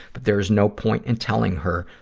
but there is no point in telling her,